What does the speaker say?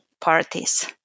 parties